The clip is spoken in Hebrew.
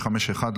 551,